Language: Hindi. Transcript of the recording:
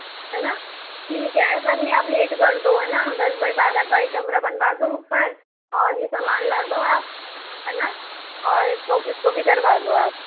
है न ठीक हैं ऐसा नहीं आप लेट कर दो है न दस बाय बारह का एक कमरा बनवा दो ऊपर और यह समान ला दो आप है न और इसको इसको भी करवा दो आप